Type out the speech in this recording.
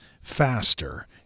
faster